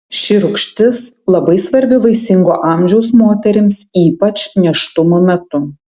ši rūgštis labai svarbi vaisingo amžiaus moterims ypač nėštumo metu